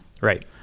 Right